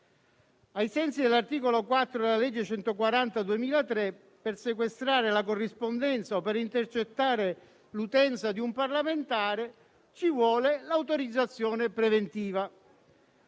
Ai sensi dell'articolo 4 della legge n. 140 del 2003, per sequestrare la corrispondenza o per intercettare l'utenza di un parlamentare ci vuole l'autorizzazione preventiva.